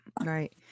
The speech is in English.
right